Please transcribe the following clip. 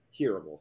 hearable